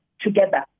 together